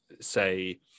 say